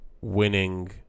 winning